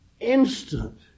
instant